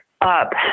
up